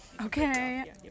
Okay